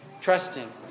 trusting